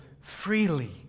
freely